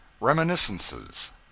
Reminiscences